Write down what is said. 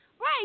Right